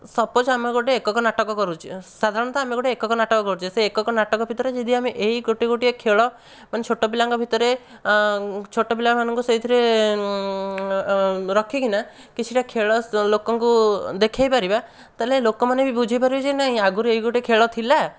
suppose ଆମେ ଗୋଟିଏ ଏକକ ନାଟକ କରୁଛୁ ସାଧାରଣତଃ ଆମେ ଗୋଟିଏ ଏକକ ନାଟକ କରୁଛେ ସେଇ ଏକକ ନାଟକ ଭିତରେ ଯଦି ଆମେ ଏହି ଗୋଟିଏ ଗୋଟିଏ ଖେଳ ମାନେ ଛୋଟ ପିଲାଙ୍କ ଭିତରେ ଛୋଟ ପିଲା ମାନଙ୍କୁ ସେଇଥିରେ ରଖିକିନା କିଛିଟା ଖେଳ ଲୋକଙ୍କୁ ଦେଖେଇପାରିବା ତାହେଲେ ଲୋକମାନେ ବି ବୁଝିପାରିବେ ଯେ ନାଇଁ ଆଗରୁ ଗୋଟିଏ ଖେଳ ଥିଲା